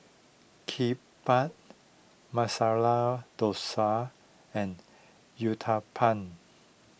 Kimbap Masala Dosa and Uthapam